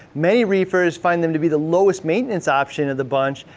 many reefers find them to be the lowest maintenance option of the bunch,